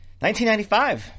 1995